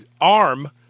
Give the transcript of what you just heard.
arm